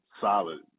solid